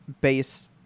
base